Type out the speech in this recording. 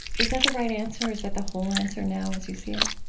is that the right answer, is that the whole answer now as you see it?